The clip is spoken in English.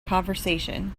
conversation